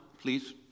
please